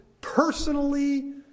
personally